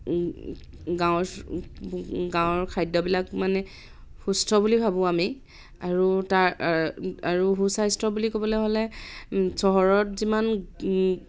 গাঁৱৰ গাঁৱৰ খাদ্যবিলাক মানে সুস্থ বুলি ভাবোঁ আমি আৰু তাৰ আৰু সু স্বাস্থ্য বুলি ক'বলে হ'লে চহৰত যিমান